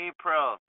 April